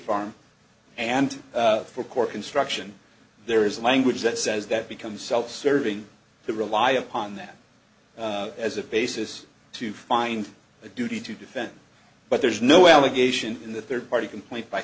farm and for court construction there is language that says that becomes self serving to rely upon that as a basis to find a duty to defend but there's no allegation in the third party compl